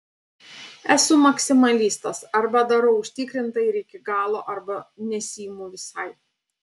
esu maksimalistas arba darau užtikrintai ir iki galo arba nesiimu visai